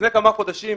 לפני כמה חודשים,